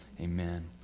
amen